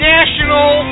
National